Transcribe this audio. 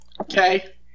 Okay